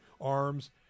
arms